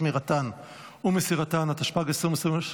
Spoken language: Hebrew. שמירתן ומסירתן לצרכן) התשפ"ג 2023,